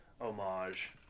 homage